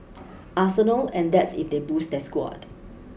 arsenal and that's if they boost their squad